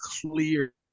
clear